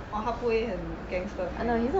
oh 他不会很 gangster time uh